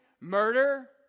murder